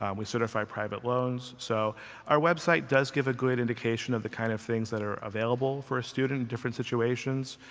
um we certify private loans. so our website does give a good indication of the kind of things that are available for a student in different situations.